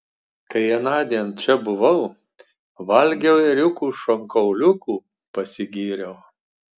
kai anądien čia buvau valgiau ėriuko šonkauliukų pasigyriau